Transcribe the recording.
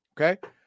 Okay